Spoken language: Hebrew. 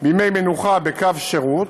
בימי מנוחה בקו שירות,